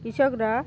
কৃষকরা